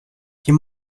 you